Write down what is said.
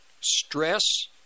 stress